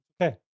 okay